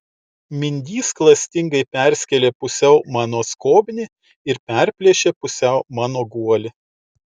mindys klastingai perskėlė pusiau mano skobnį ir perplėšė pusiau mano guolį